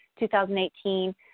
2018